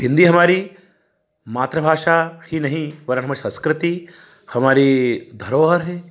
हिंदी हमारी मातृभाषा ही नहीं वर हमारी संस्कृति हमारी धरोहर है